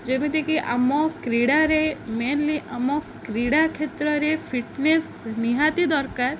ଯେମିତିକି ଆମ କ୍ରୀଡ଼ାରେ ମେନ୍ଲି ଆମ କ୍ରୀଡ଼ା କ୍ଷେତ୍ରରେ ଫିଟ୍ନେସ୍ ନିହାତି ଦରକାର